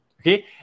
okay